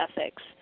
ethics